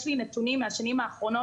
יש לי נתונים מהשנים האחרונות,